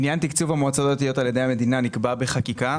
עניין תקצוב המועצות הדתיות על ידי המדינה נקבע בחקיקה